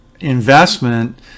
investment